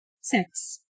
sex